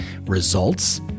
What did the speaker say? results